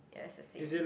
yes the same